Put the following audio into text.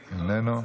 איננו.